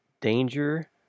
Danger